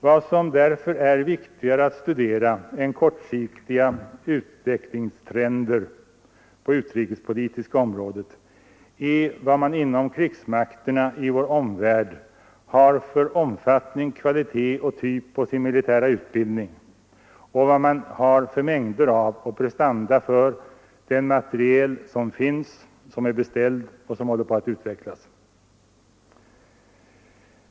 Vad som därför är viktigare att studera än kortsiktiga utvecklingstrender på det utrikespolitiska området är vad krigsmakterna i vår omvärld har för omfattning, kvalitet och typ på sin militära utbildning och vad man har för mängder av och prestanda för den materiel som finns, som är beställd och som håller på att utvecklas.